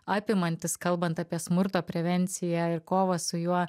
apimantis kalbant apie smurto prevenciją ir kovą su juo